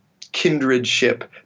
kindredship